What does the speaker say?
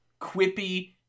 Quippy